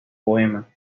poema